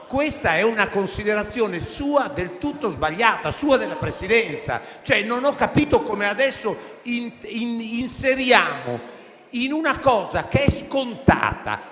Grazie.